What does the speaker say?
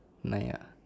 nine ah